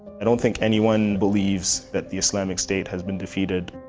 i don't think anyone believes that the islamic state has been defeated.